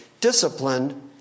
discipline